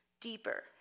deeper